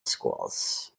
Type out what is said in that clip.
schools